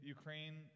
Ukraine